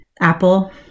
Apple